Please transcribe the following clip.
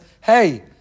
hey